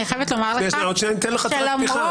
אני חייבת לומר לך שלמרות --- עוד שנייה אני אתן לך הצהרת פתיחה.